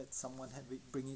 someone will be bringing